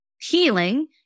healing